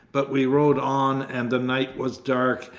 but we rode on and the night was dark,